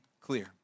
clear